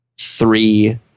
three